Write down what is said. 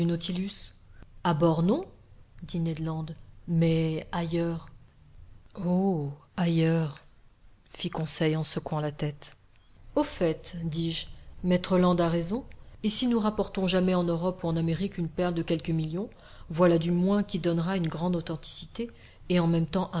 ned land mais ailleurs oh ailleurs fit conseil en secouant la tête au fait dis-je maître land a raison et si nous rapportons jamais en europe ou en amérique une perle de quelques millions voilà du moins qui donnera une grande authenticité et en même temps